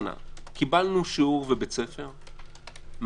קיבלנו שיעור בבית ספר מהממשלה.